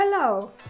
Hello